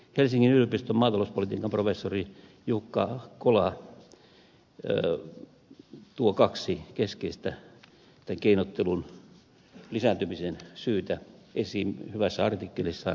helsingin yliopiston maatalouspolitiikan professori jukka kola tuo kaksi keskeistä keinottelun lisääntymisen syytä esiin hyvässä artikkelissaan helsingin sanomissa